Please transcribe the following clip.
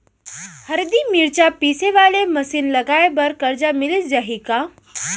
हरदी, मिरचा पीसे वाले मशीन लगाए बर करजा मिलिस जाही का?